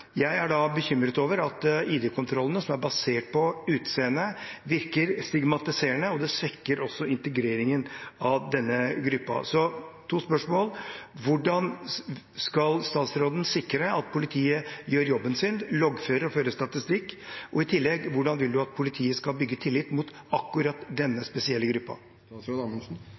Jeg er bekymret over at ID-kontrollene, som er basert på utseende, virker stigmatiserende, og det svekker også integreringen av denne gruppen. Jeg har to spørsmål: Hvordan skal statsråden sikre at politiet gjør jobben sin – loggfører og fører statistikk? I tillegg: Hvordan vil statsråden at politiet skal bygge tillit overfor akkurat denne spesielle